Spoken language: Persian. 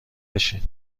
بشین